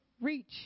reach